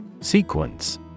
Sequence